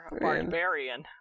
Barbarian